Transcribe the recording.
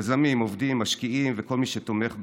יזמים, עובדים, משקיעים וכל מי שתומך בהם.